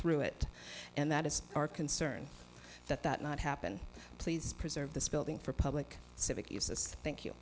through it and that is our concern that that not happen please preserve this building for public civic uses thank you